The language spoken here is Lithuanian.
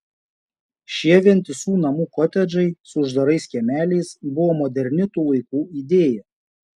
šie vientisų namų kotedžai su uždarais kiemeliais buvo moderni tų laikų idėja